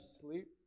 sleep